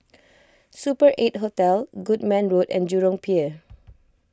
Super eight Hotel Goodman Road and Jurong Pier